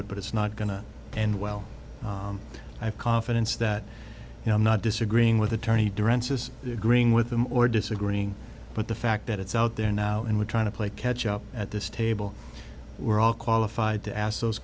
it but it's not going to end well i have confidence that you know i'm not disagreeing with attorney duran's is agreeing with them or disagreeing but the fact that it's out there now and we're trying to play catch up at this table we're all qualified to ask those